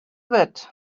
wurd